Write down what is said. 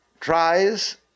tries